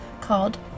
called